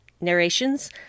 narrations